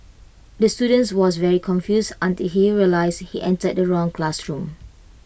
the students was very confused until he realised he entered the wrong classroom